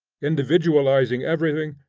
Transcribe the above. individualizing everything,